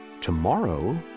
Tomorrow